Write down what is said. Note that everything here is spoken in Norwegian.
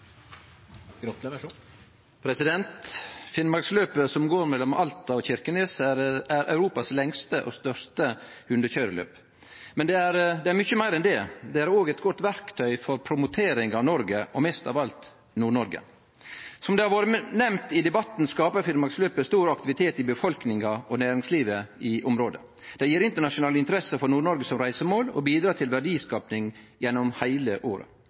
er mykje meir enn det, det er òg eit godt verktøy for å promotere Noreg – og mest av alt Nord-Noreg. Som det har vore nemnt i debatten, skapar Finnmarksløpet stor aktivitet i befolkninga og næringslivet i området. Det gir internasjonal interesse for Nord-Noreg som reisemål og bidreg til verdiskaping gjennom heile året.